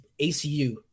ACU